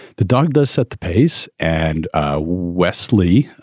the dog does set the pace. and wesley,